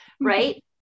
Right